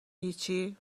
هیچی